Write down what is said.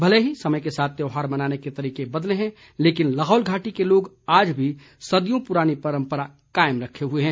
भले ही समय के साथ त्यौहार मनाने के तरीके बदले हैं लेकिन लाहौल घाटी के लोग आज भी सदियों पुरानी परम्परा कायम रखे हुए हैं